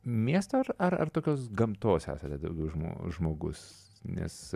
miesto ar ar ar tokios gamtos esate daugiau žmo žmogus nes